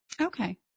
Okay